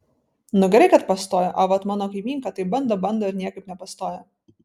nu gerai kad pastojo a vat mano kaimynka tai bando bando ir niekap nepastoja